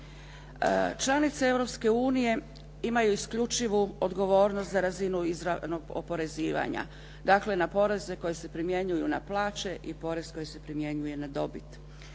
unije imaju isključivu odgovornost za razinu izravnog oporezivanja, dakle na poreze koji se primjenjuju na plaće i porez koji se primjenjuje na dobit.